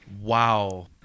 Wow